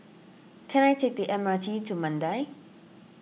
can I take the M R T to Mandai